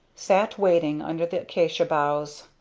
sat waiting under the acacia boughs,